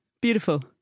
Beautiful